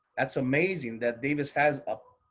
that's amazing that davis has ah